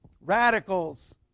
Radicals